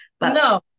No